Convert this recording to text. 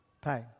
pain